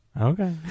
okay